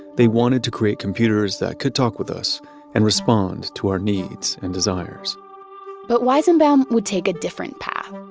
they wanted to create computers that could talk with us and respond to our needs and desires but weizenbaum would take a different path.